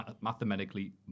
mathematically